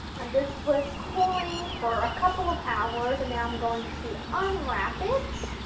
this was cooling for a couple of hours, and now i'm going to unwrap it.